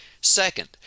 Second